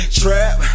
trap